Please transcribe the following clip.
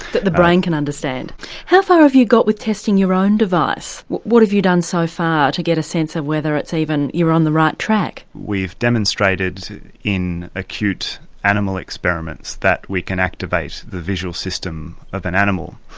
that the brain can understand how far have you got with testing of your own device, what have you done so far to get a sense of whether it's even. you're on the right track? we've demonstrated in acute animal experiments that we can activate the visual system of an animal.